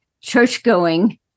church-going